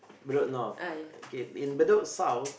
Bedok North okay in Bedok South